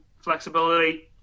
flexibility